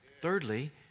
thirdly